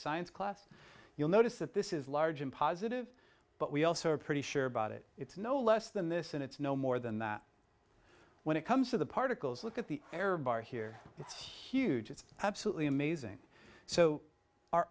science class you'll notice that this is largely positive but we also are pretty sure about it it's no less than this and it's no more than that when it comes to the particles look at the error bar here it's huge it's absolutely amazing so our